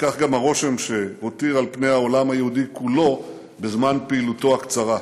וכך גם הרושם שהותיר על פני העולם היהודי כולו בזמן פעילותו הקצרה.